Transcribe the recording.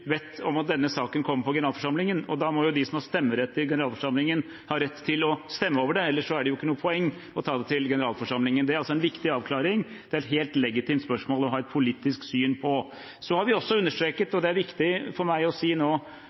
bedt om at denne saken kommer til generalforsamlingen. Da må de som har stemmerett i generalforsamlingen, ha rett til å stemme over det, ellers er det ikke noe poeng å ta det til generalforsamlingen. Det er en viktig avklaring. Dette er et helt legitimt spørsmål å ha et politisk syn på. Så har vi også understreket, og det er viktig for meg å si